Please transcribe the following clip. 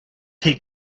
take